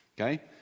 Okay